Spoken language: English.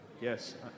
Yes